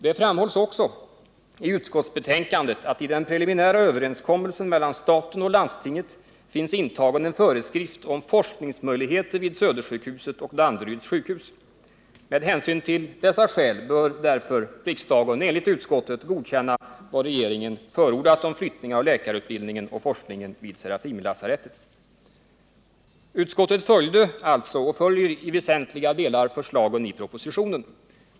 Det framhålls också i utskottsbetänkandet att i den preliminära överenskommelsen mellan staten och landstinget finns intagen en föreskrift om forskningsmöjligheter vid Södersjukhuset och Danderyds sjukhus. Med hänsyn till dessa skäl bör därför riksdagen enligt utskottet godkänna vad regeringen förordat om flyttning av läkarutbildningen och forskningen vid Serafimerlasarettet. Utskottet följer alltså i väsentliga delar förslagen i propositionen.